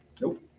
Nope